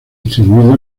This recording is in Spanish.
distribuido